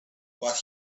but